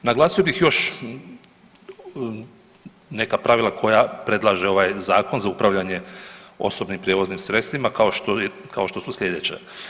Naglasio bih još neka pravila koja predlaže ovaj zakon za upravljanje osobnim prijevoznim sredstvima kao što su slijedeće.